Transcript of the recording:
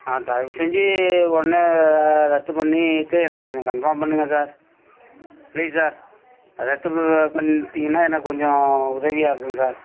ஆ தயவு செஞ்சு உடனே ரத்து பண்ணிவிட்டு எனக்கு கொஞ்சம் கன்ஃபார்ம் பண்ணுங்கள் சார் ப்ளீஸ் சார் ரத்து ப பண்ணிட்டிங்கன்னா எனக்கு கொஞ்சம் உதவியாக இருக்கும் சார்